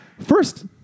First